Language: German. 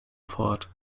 fort